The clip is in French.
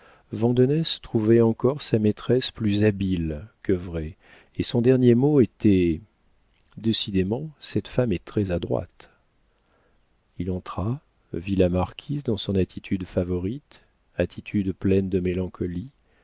trouvait encore sa maîtresse plus habile que vraie et son dernier mot était décidément cette femme est très adroite il entra vit la marquise dans son attitude favorite attitude pleine de mélancolie